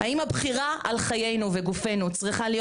האם הבחירה על חיינו וגופינו צריכה להיות